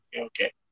okay